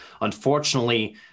unfortunately